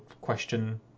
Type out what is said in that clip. question